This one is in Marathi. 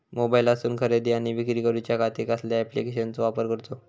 मोबाईलातसून खरेदी आणि विक्री करूच्या खाती कसल्या ॲप्लिकेशनाचो वापर करूचो?